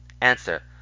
Answer